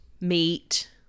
meat